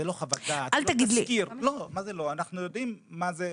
אנחנו יודעים מה זה,